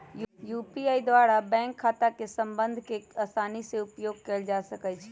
UPI द्वारा bank खता के संबद्ध कऽ के असानी से उपयोग कयल जा सकइ छै